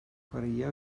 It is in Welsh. chwaraea